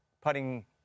putting